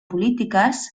polítiques